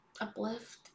uplift